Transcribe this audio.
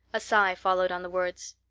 a sigh followed on the words.